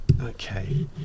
Okay